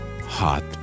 Hot